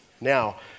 Now